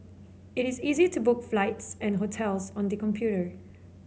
it is easy to book flights and hotels on the computer